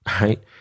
Right